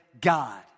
God